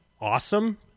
awesome